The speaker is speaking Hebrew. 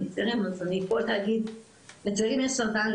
אני פה להגיד לצעירים יש סרטן,